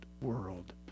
world